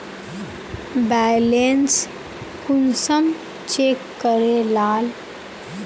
Balance कुंसम check करे लाल?